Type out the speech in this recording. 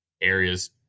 areas